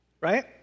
Right